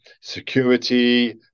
security